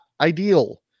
ideal